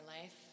life